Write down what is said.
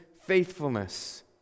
faithfulness